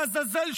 לעזאזל,